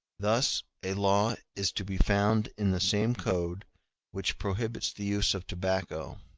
thus a law is to be found in the same code which prohibits the use of tobacco.